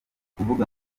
kuvuga